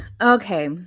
Okay